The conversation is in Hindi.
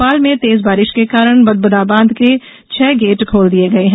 भोपाल में तेज बारिश के कारण भदभदा बांध के छह गेट खोल दिये गये हैं